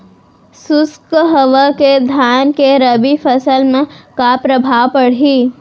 शुष्क हवा के धान के रबि फसल मा का प्रभाव पड़ही?